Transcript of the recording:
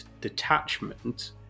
detachment